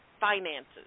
finances